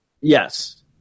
Yes